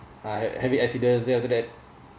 uh having accidents then after that